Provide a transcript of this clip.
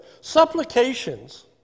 Supplications